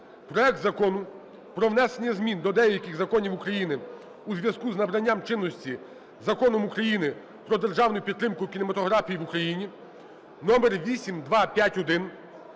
проект Закону про внесення змін до деяких законів України у зв'язку з набранням чинності Законом України "Про державну підтримку кінематографії в Україні" (№ 8251)